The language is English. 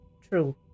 True